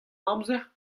amzer